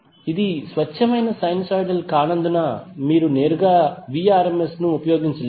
ఇది స్వచ్ఛమైన సైనూసోయిడల్ కానందున మీరు నేరుగా Vrms ను ఉపయోగించలేరు